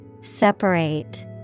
Separate